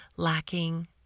lacking